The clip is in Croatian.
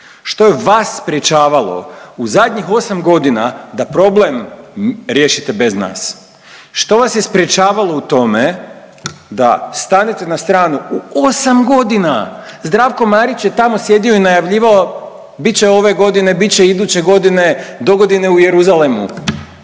što je vas sprječavalo u zadnjih 8 godina da problem riješite bez nas? Što vas je sprječavalo u tome da stanete na stranu u 8 godina? Zdravko Marić je tamo sjedio i najavljivao bit će ove godine, bit će iduće godine, dogodine u Jeruzalemu.